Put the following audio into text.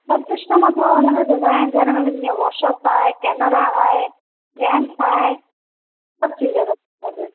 सभु सिस्टम अथव उनमें डिजाइन उनमें न व्हाट्सअप आहे कैमरा आहे गैम्स आहे सभु चीज़ूं अथव